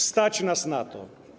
Stać nas na to.